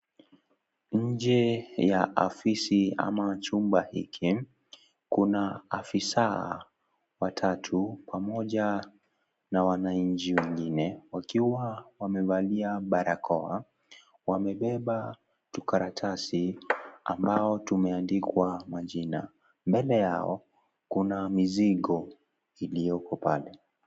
Nje ya ofisi ama chumba hiki kuna afisa watatu pamoja na Wana nchi nyingine wakiwa wamevalia barakoa , wamebeba tukaratasi ambao tumeandikwa majina. Mbele yao kuna mizigo iliyoko pale.